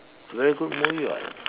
very good movie [what]